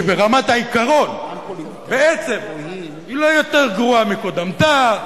שברמת העיקרון בעצם היא לא יותר גרועה מקודמתה,